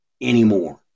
anymore